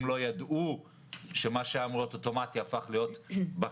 לא ידעו שמה שהיה אמור להיות אוטומטי הפך להיות בקשה